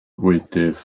fwydydd